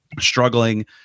struggling